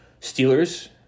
Steelers